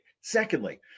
Secondly